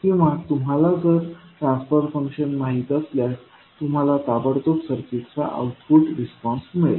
किंवा तुम्हाला जर ट्रान्सफर फंक्शन माहित असल्यास तुम्हाला ताबडतोब सर्किटचा आउटपुट रिस्पॉन्स मिळेल